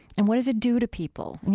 and what does it do to people? i mean,